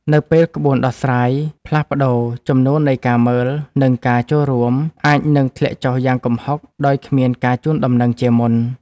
នៅពេលក្បួនដោះស្រាយផ្លាស់ប្តូរ ចំនួននៃការមើល និងការចូលរួម អាចនឹងធ្លាក់ចុះយ៉ាងគំហុកដោយគ្មានការជូនដំណឹងជាមុន។